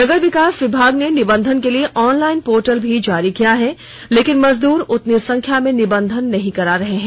नगर विकास विभाग ने निबंधन के लिए ऑनलाइन पोर्टल भी जारी किया है लेकिन मजदूर उतनी संख्या में निबंधन नहीं करा रहे हैं